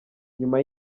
nyuma